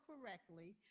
correctly